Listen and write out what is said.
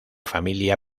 familia